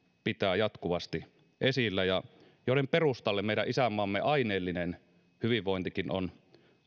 pitää jatkuvasti esillä ja joiden perustalle meidän isänmaamme aineellinen hyvinvointikin on